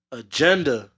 agenda